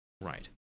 Right